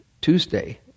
Tuesday